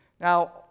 Now